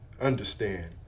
Understand